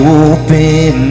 open